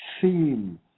theme